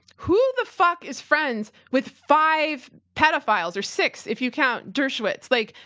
who the fuck is friends with five pedophiles? or six, if you count dershowitz. like,